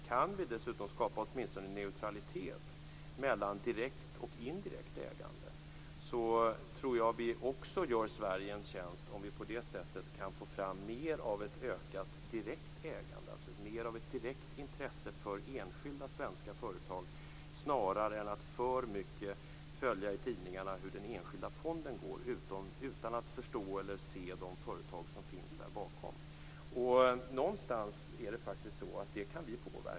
Kan vi dessutom åtminstone skapa neutralitet mellan direkt och indirekt ägande tror jag att vi också gör Sverige en tjänst, om vi på det sättet kan få fram mer av direkt ägande och mer av direkt intresse för enskilda svenska företag. Det är bättre än att man i för stor utsträckning följer hur den enskilda fonden går i tidningarna, utan att man förstår eller ser de företag som finns där bakom. Det kan vi faktiskt påverka.